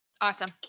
Awesome